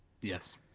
Yes